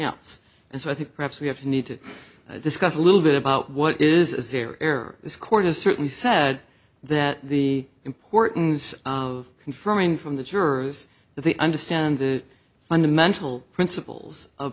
else and so i think perhaps we have need to discuss a little bit about what is their error this court has certainly said that the importance of confirming from the jurors that they understand the fundamental principles of